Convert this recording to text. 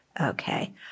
okay